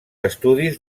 estudis